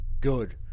Good